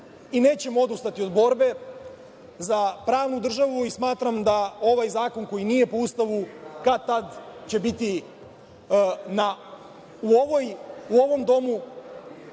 Nećemo odustati od borbe za pravnu državu i smatram da ovaj zakon koji nije po Ustavu, kad tad će biti u